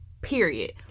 period